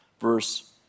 verse